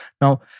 Now